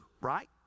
right